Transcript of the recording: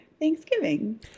thanksgiving